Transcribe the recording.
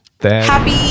Happy